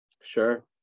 Sure